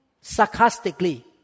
sarcastically